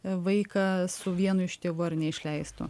vaiką su vienu iš tėvų ar neišleistų